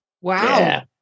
Wow